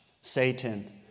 Satan